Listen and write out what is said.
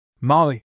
Molly